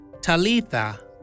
Talitha